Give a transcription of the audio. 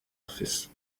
office